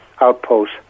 outpost